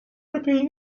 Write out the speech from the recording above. robili